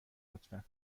لطفا